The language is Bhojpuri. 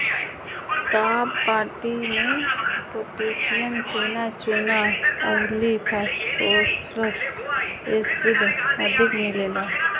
काप माटी में पोटैशियम, चुना, चुना अउरी फास्फोरस एसिड अधिक मिलेला